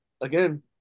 again